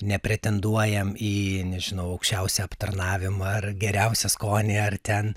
nepretenduojam į nežinau aukščiausią aptarnavimą ar geriausią skonį ar ten